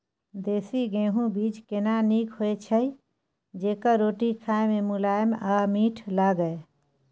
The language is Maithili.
देसी गेहूँ बीज केना नीक होय छै जेकर रोटी खाय मे मुलायम आ मीठ लागय?